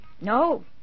No